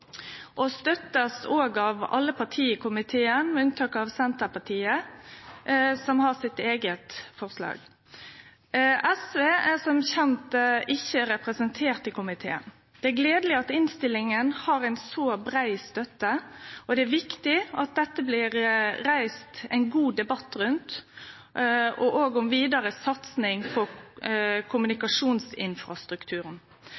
blir òg støtta av alle partia i komiteen, med unntak av Senterpartiet, som har sitt eige forslag. SV er som kjent ikkje representert i komiteen. Det er gledeleg at innstillinga har ei så brei støtte, og det er viktig at det blir reist ein god debatt rundt dette – òg om vidare satsing på